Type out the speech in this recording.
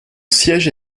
siège